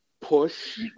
push